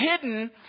hidden